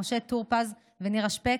משה טור פז ונירה שפק,